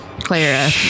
Clara